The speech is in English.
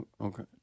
Okay